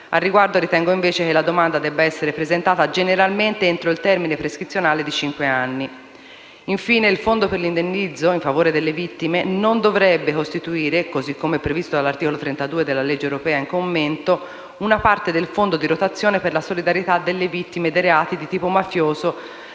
Al riguardo, ritengo invece che la domanda debba essere presentata generalmente entro il termine prescrizionale di cinque anni. Infine, il Fondo per l'indennizzo in favore delle vittime non dovrebbe costituire, così come previsto all'articolo 32 della legge europea in commento, una parte del Fondo di rotazione per la solidarietà alle vittime dei reati di tipo mafioso,